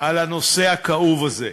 חבר הכנסת מיקי רוזנטל, גם כן איננו נוכח.